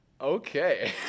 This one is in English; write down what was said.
Okay